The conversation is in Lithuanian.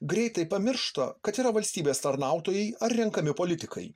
greitai pamiršta kad yra valstybės tarnautojai ar renkami politikai